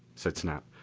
said snap.